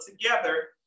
together